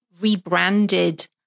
rebranded